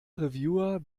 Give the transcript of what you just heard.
reviewer